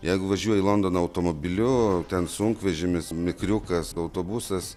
jeigu važiuoji į londoną automobiliu ten sunkvežimis mikriukas autobusas